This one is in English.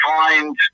find